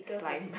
slime ah